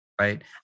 Right